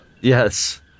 Yes